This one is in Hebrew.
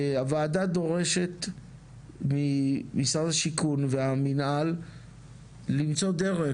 הוועדה דורשת ממשרד השיכון והמנהל למצוא דרך,